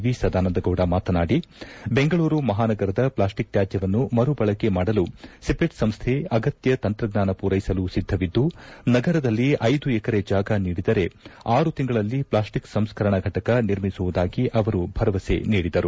V Sadananda Gowda ಮಾತನಾದಿ ಬೆಂಗಳೂರು ಮಹಾನಗರದ plastic ತ್ಯಾಜ್ಯವನ್ನು ಮರುಬಳಕೆ ಮಾಡಲು ಸಿಪೆಟ್ ಸಂಸ್ಥೆ ಅಗತ್ಯ ತಂತ್ರಜ್ಞಾನ ಪೂರೈಸಲು ಸಿದ್ದವಿದ್ದು ನಗರದಲ್ಲಿ ಐದು ಎಕರೆ ಜಾಗ ನೀಡಿದರೆ ಆರು ತಿಂಗಳಲ್ಲಿ ಪ್ಲಾಸ್ಟಿಕ್ ಸಂಸ್ಕರಣ ಘಟಕ ನಿರ್ಮಿಸುವುದಾಗಿ ಅವರು ಭರವಸೆ ನೀಡಿದರು